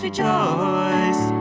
Rejoice